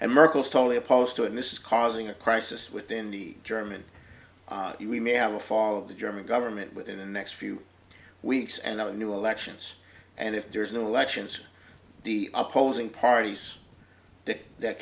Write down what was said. and merkel's totally opposed to and this is causing a crisis within the german u we may have a fall of the german government within the next few weeks and the new elections and if there is no elections the opposing parties that